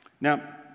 Now